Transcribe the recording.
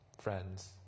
friends